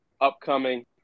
upcoming